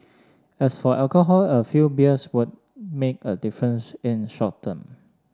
as for alcohol a few beers won't make a difference in the short term